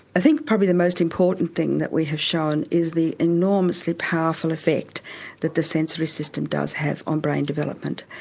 i think probably the most important thing that we have shown is the enormously powerful effect that the sensory system does have on brain development.